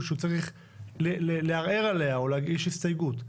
שהוא צריך לערער עליה או להגיש הסתייגות.